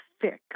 fix